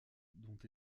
dont